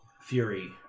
Fury